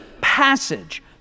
passage